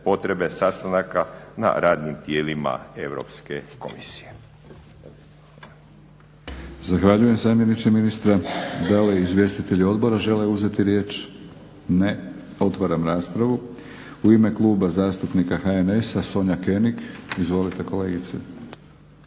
potrebe sastanka na radnim tijelima Europske komisije.